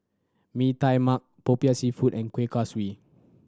Mee Tai Mak Popiah Seafood and Kueh Kaswi